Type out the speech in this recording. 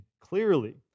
clearly